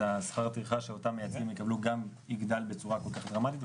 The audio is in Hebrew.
ואפילו פה בסיפה יש גם 40% מהתוספות.